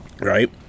Right